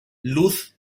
luz